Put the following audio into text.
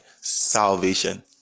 salvation